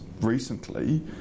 recently